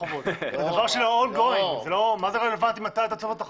זה לא רלוונטי מתי אתה צובר את החוב.